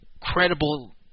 credible